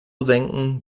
senken